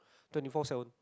twenty four seven